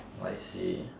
I see